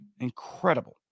Incredible